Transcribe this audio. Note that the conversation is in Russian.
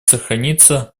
сохранится